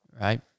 right